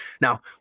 Now